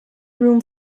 room